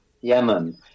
Yemen